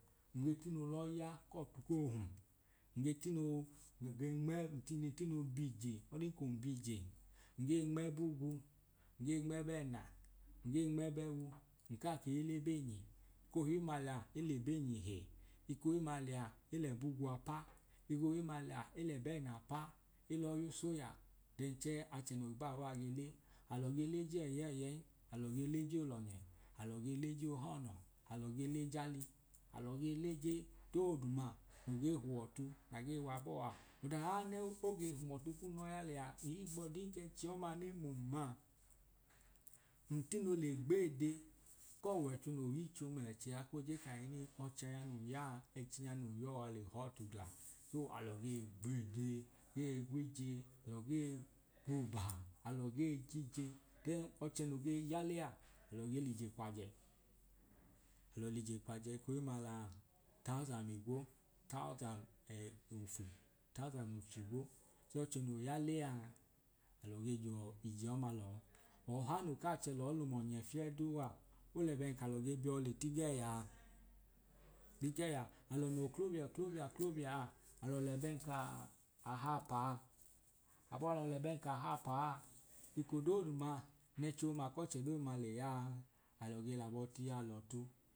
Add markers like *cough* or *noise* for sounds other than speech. Nge tino lọya kọtu ko hum *unintelligible* ntino biije ọdin kun biije ngee nm’ẹbugu ngee nm’ẹbẹẹna ngee nm’ẹbẹẹwu nkaa kee lẹbeenyi. Ekohimma lẹya elebeenyi he ekohimma leya elẹbugu a pa ekohimma leya elẹbẹẹna pa elọọ yu soya then chẹẹ achẹ no baabọọ a ge le alọ ge leje ẹyẹyẹi alo ge leje olọnye alọ ge leje ohọno alọ ge lej’ali alọ ge leje dooduma no gee huọtu na gee wabọọ a. ọda oya no ge hum ọtu kun lọ ya lẹyaa ihigbọdin k’ẹchi ọma ne mum ma ntino le gbeede k’ọwọicho no yicho ml’ẹchẹ a ko je kahinin ọchẹ a nun yaa ẹchi nya nun yọọ a le họọ ọtu gla so alọ ge gbeede gee gwije alọ gee gwuba alọ gee jije then ọchẹ no ge yale aa alọ ge lije kwajẹ alọ lije kwajẹ ekohimma lẹya tasan igwo, tasan *hesitation* ofu tasan ofu ch’igwo chẹẹ ọchẹ no yalẹaa alọ ge jọọ ije ọma lọọ. Ọha no kaa chẹ lọọ lum ọnye fieduu a, olẹ bẹn kalọ ge biyọ le tigẹyaa nmigẹya alọ no oklobia oklobia oklobia a alọ lẹbẹn k’ahapaa, abaalọ lẹbẹn k’ahapaa ekodooduma nẹchi ọma kọchẹ dooduma lẹyaa alọ ge labọ tiiyalọ ọtu